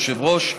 יושב-ראש,